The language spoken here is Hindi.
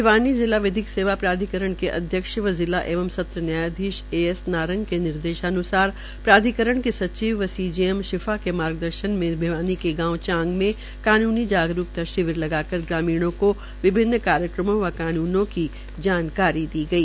भिवानी जिला विधिक सेवा प्राधिकरण के अध्यक्ष व जिला एवं न्यायाधीश ए एस नारंग के निर्देशानुसार प्राधिकरण के सचिव व सीजेएम सिफा के मार्गदर्शन में भिवानी के गांव चांग में कानूनी जागरूकता शिविर लगाकर ग्रामीणों को विभिन्न कार्यक्रमों व कान्नों की जानकारी दी गई